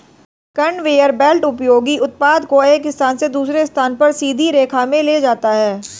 conveyor belt उपयोगी उत्पाद को एक स्थान से दूसरे स्थान पर सीधी रेखा में ले जाता है